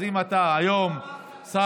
אז אם אתה, בסדר.